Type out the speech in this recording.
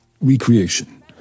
recreation